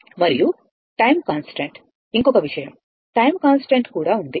మరియు time constant ఇంకొక విషయం టైం కాన్స్టెంట్ కూడా ఉంది